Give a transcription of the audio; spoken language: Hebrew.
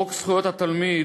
חוק זכויות התלמיד,